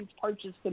purchased